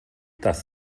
das